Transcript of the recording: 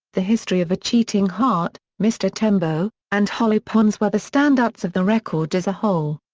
the history of a cheating heart, mr tembo and hollow ponds were the standouts of the record as a whole.